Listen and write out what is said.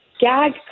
gag